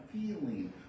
feeling